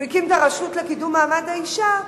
שהוא הקים את הרשות לקידום מעמד האשה,